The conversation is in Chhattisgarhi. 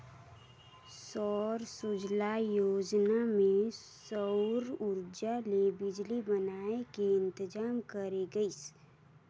सौर सूजला योजना मे सउर उरजा ले बिजली बनाए के इंतजाम करे गइस